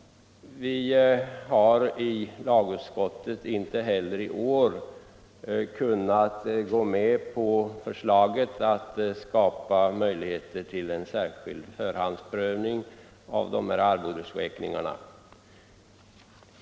Vi har i lagutskottet inte heller i år kunnat gå med på förslaget att skapa möjligheter till en särskild förhandsprövning av arvodesräkningarna.